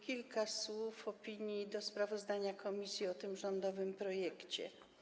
Kilka słów opinii co do sprawozdania komisji o tym rządowym projekcie.